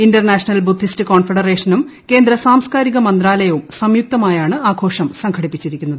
international Buddhist കോൺഫഡറേഷനും കേന്ദ്ര സാംസ്കാരിക മന്ത്രാലയവും സംയുക്തമായാണ് ആഘോഷം സംഘടിപ്പിച്ചിരിക്കുന്നത്